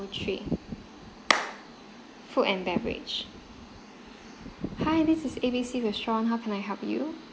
three food and beverage hi this is A B C restaurant how can I help you